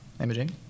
imaging